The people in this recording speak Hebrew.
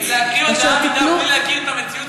להקריא הודעה בלי להכיר את המציאות,